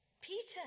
Peter